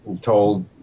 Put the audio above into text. told